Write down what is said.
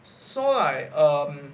so like um